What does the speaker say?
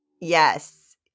yes